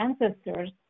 ancestors